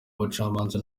abacamanza